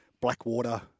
Blackwater